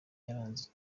yaranze